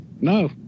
no